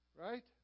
right